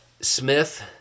Smith